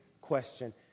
question